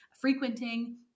frequenting